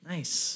Nice